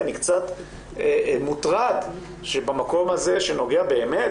אני קצת מוטרד שבמקום הזה שנוגע באמת